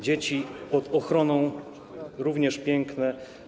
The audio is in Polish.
Dzieci pod ochroną - również piękne.